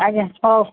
ଆଜ୍ଞା ହଉ